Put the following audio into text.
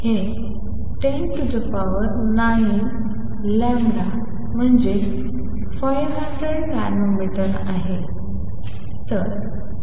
हे 109 म्हणजे 500 nanometre समान आहे